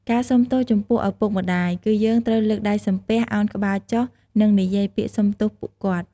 ការសូមទោសចំពោះឪពុកម្ដាយ គឺយើងត្រូវលើកដៃសំពះ ឱនក្បាលចុះ និងនិយាយពាក្យសុំទោសពួកគាត់។